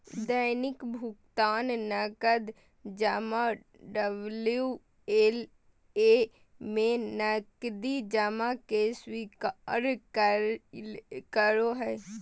दैनिक भुकतान नकद जमा डबल्यू.एल.ए में नकदी जमा के स्वीकार नय करो हइ